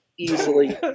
Easily